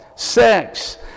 Sex